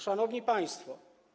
Szanowni Państwo!